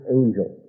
angel